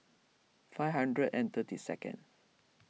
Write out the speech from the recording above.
five hundred and thirty second